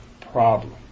problem